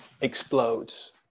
explodes